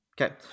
Okay